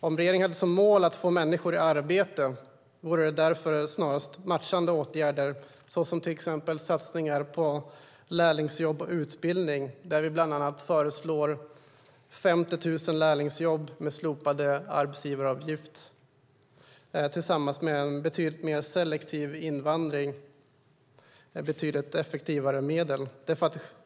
Om regeringen hade som mål att få människor i arbete vore därför snarast matchande åtgärder, till exempel satsningar på lärlingsjobb och utbildning, där vi bland annat föreslår 50 000 lärlingsjobb med slopade arbetsgivaravgifter, tillsammans med en betydligt mer selektiv invandring mycket effektivare medel.